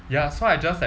ya so I just like